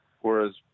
Whereas